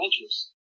interest